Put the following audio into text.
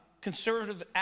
conservative